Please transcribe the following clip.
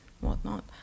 whatnot